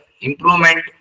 improvement